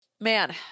Man